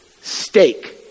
stake